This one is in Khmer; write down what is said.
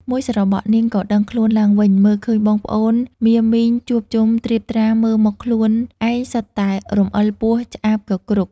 មួយស្របក់ នាងក៏ដឹងខ្លួនឡើងវិញ មើលឃើញបងប្អូនមាមីងជួបជុំត្រៀបត្រា មើលមក ខ្លួនឯងសុទ្ធតែរំអិលពស់ឆ្អាបគគ្រុក។